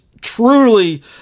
truly